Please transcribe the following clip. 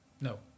No